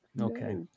okay